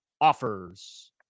offers